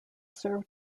served